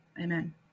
Amen